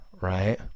right